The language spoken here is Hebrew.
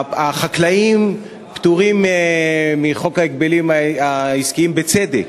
החקלאים פטורים מחוק ההגבלים העסקיים, בצדק,